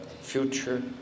future